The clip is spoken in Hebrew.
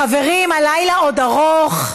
חברים, הלילה עוד ארוך,